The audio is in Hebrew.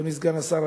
אדוני סגן השר,